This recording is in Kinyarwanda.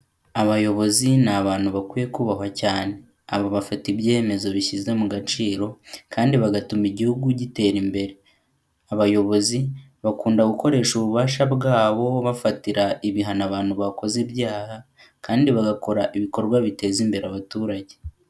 Abayobozi ni abantu bakwiye kubahwa cyane, aba bafata ibyemezo bishyize mu gaciro, kandi bagatuma igihugu gitera imbere. Abayobozi bakunda gukoresha ububasha bwabo bafatira ibihano abantu bakoze ibyaha kandi bagakora ibikorwa biteza imbere abaturage.